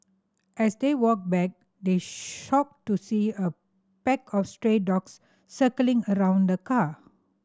as they walked back they shocked to see a pack of stray dogs circling around the car